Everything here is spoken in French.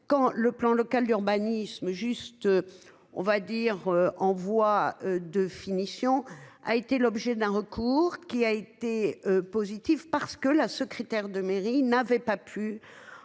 quand le plan local d'urbanisme juste. On va dire, en voie de finition a été l'objet d'un recours qui a été positif parce que la secrétaire de mairie n'avait pas pu